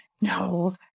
no